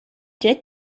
did